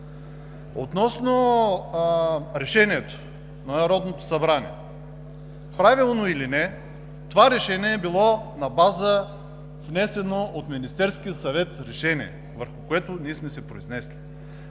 Относно решението на Народното събрание, правилно или не, то е било на база внесено от Министерския съвет решение, върху което сме се произнесли.